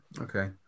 okay